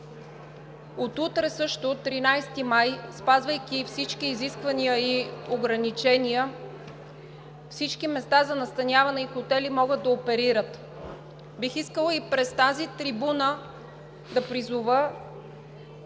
От утре – 13 май, спазвайки всички изисквания и ограничения, всички места за настаняване и хотели могат да оперират. Бих искала и през тази трибуна да призова